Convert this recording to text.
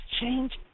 change